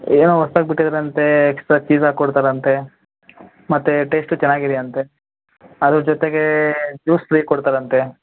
ಏನೋ ಹೊಸ್ದಾಗಿ ಬಿಟ್ಟಿದ್ರಂತೆ ಎಕ್ಸ್ಟ್ರಾ ಚೀಸ್ ಹಾಕಿ ಕೊಡ್ತಾರಂತೆ ಮತ್ತು ಟೇಸ್ಟು ಚೆನ್ನಾಗಿದೆ ಅಂತೆ ಅದ್ರ ಜೊತೆಗೆ ಜ್ಯೂಸ್ ಫ್ರೀ ಕೊಡ್ತಾರಂತೆ